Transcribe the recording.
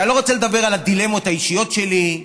אני לא רוצה לדבר על הדילמות האישיות שלי,